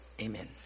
Amen